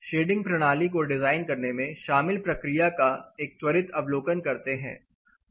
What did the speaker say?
shading प्रणाली को design करने में शामिल प्रक्रिया का एक त्वरित अवलोकन करते हैं